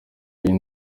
y’iyi